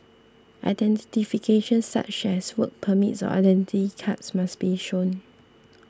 identification such as work permits or Identity Cards must be shown